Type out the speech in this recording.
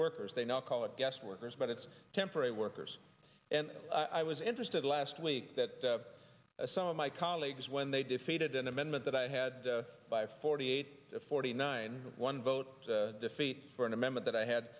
workers they now call it guest workers but it's temporary workers and i was interested last week that some of my colleagues when they defeated an amendment that i had by forty eight forty nine one vote defeat for an amendment that i had